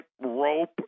rope